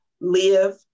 live